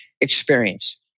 experience